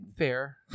Fair